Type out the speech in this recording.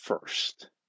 first